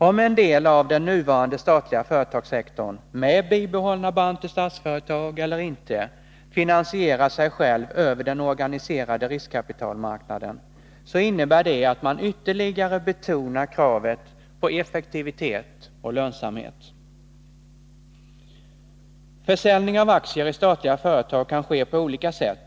Om en del av den nuvarande statliga företagssektorn, med bibehållna band till Statsföretag eller inte, finansierar sig själv över den organiserade riskkapitalmarknaden, innebär det att man ytterligare betonar kravet på effektivitet och lönsamhet. Försäljning av aktier i statliga företag kan ske på olika sätt.